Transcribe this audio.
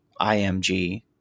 IMG